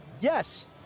Yes